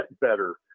better